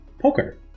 poker